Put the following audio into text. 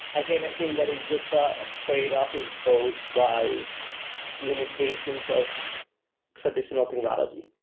again, i think that is just a ah tradeoff imposed by limitations of traditional technology.